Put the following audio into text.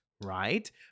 right